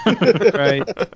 Right